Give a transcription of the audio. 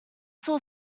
saw